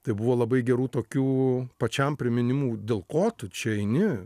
tai buvo labai gerų tokių pačiam priminimų dėl ko tu čia eini